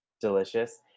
delicious